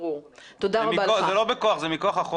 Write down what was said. זה לא בכוח.